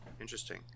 Interesting